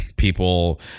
people